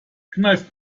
kneif